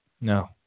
No